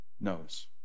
knows